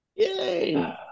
yay